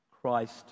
Christ